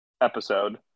episode